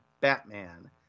Batman